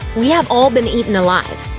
we have all been eaten alive.